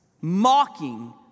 Mocking